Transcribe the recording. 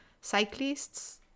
cyclists